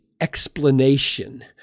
explanation